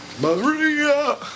Maria